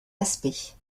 aspect